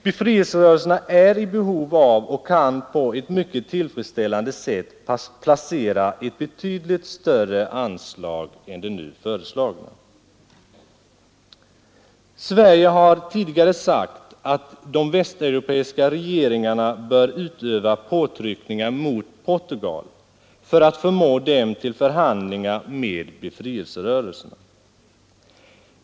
Befrielserörelserna är i behov av och kan på ett mycket tillfredsställande sätt placera ett betydligt större anslag än det nu föreslagna. Sverige har tidigare sagt att de västeuropeiska regeringarna bör utöva påtryckningar mot Portugal för att förmå landets regering att förhandla med befrielserörelserna.